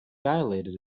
dilated